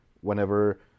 whenever